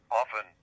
often